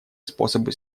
способы